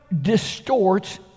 distorts